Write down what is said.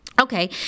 Okay